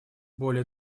более